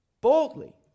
boldly